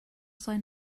sign